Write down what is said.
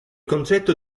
concetto